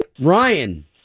Ryan